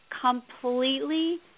completely